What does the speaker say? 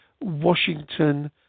washington